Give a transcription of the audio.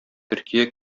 төркия